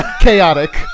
Chaotic